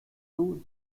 two